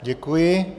Děkuji.